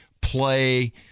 play